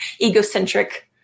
egocentric